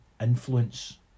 influence